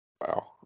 Wow